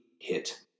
hit